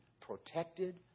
protected